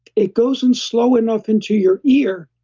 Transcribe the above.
it goes in slow enough into your ear,